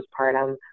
postpartum